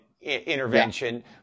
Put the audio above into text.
intervention